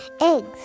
eggs